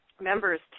members